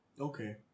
Okay